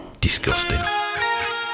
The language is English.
disgusting